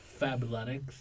Fabletics